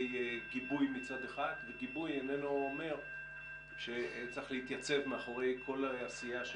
גיבוי מצד אחד וגיבוי איננו אומר שצריך להתייצב מאחורי כל העשייה.